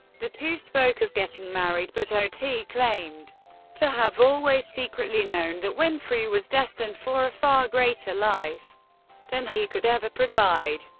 the two spoke of getting married, but otey claimed to have always secretly known that winfrey was destined for a far greater life than he could ever provide.